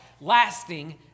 lasting